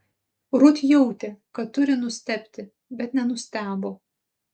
rut jautė kad turi nustebti bet nenustebo